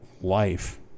life